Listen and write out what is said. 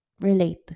relate